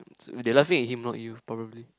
they laughing at him not you probably